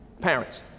Parents